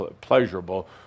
pleasurable